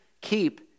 keep